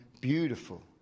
beautiful